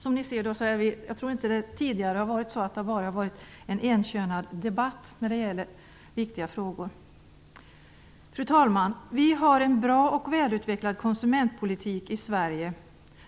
Jag tror inte att det tidigare har varit en praktiskt taget enkönad debatt när det gäller viktiga frågor. Fru talman! Vi har en bra och välutvecklad konsumentpolitik i Sverige.